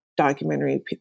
Documentary